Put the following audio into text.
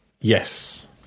Yes